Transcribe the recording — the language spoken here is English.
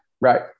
right